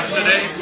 today